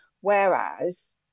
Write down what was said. Whereas